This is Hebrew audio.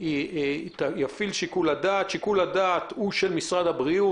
איפה שיקול הדעת של השירות.